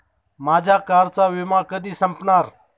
माझ्या कारचा विमा कधी संपणार